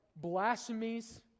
Blasphemies